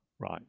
Right